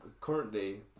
currently